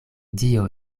dio